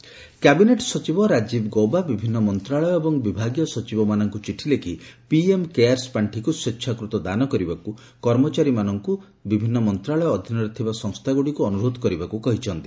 PM Cares ପାଣ୍ଠି cabinet ସଚିବ ରାଜୀବ ଗୌବା ବିଭିନ୍ନ ମନ୍ତ୍ରଣାଳୟ ଏବଂ ବିଭାଗୀୟ ସଚିବମାନଙ୍କୁ ଚିଠି ଲେଖି ପିଏମ୍ କେୟାର୍ସ ପାଖିକୁ ସ୍ୱେଚ୍ଛାକୃତ ଦାନ କରିବାକୁ କର୍ମଚାରୀମାନଙ୍କୁ ତଥା ବିଭିନ୍ନ ମନ୍ତ୍ରଣାଳୟ ଅଧୀନରେ ଥିବା ସଂସ୍ଥାଗୁଡ଼ିକୁ ଅନୁରୋଧ କରିବାକୁ କହିଛନ୍ତି